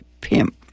pimp